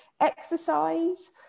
Exercise